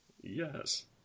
Yes